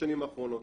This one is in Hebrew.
בשנים האחרונות.